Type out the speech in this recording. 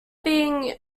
being